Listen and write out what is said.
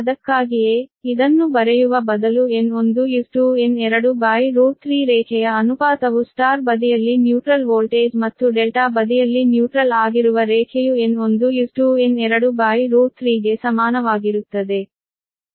ಅದಕ್ಕಾಗಿಯೇ ಇದನ್ನು ಬರೆಯುವ ಬದಲು N1 N23 ರೇಖೆಯ ಅನುಪಾತವು ಸ್ಟಾರ್ ಬದಿಯಲ್ಲಿ ನ್ಯೂಟ್ರಲ್ ವೋಲ್ಟೇಜ್ ಮತ್ತು ∆ ಬದಿಯಲ್ಲಿ ನ್ಯೂಟ್ರಲ್ ಆಗಿರುವ ರೇಖೆಯು N1 N23 ಗೆ ಸಮಾನವಾಗಿರುತ್ತದೆ